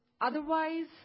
otherwise